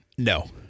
No